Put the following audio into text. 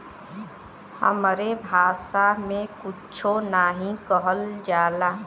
हमरे भासा मे कुच्छो नाहीं कहल जाला